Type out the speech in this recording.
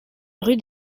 rue